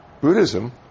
Buddhism